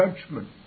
judgment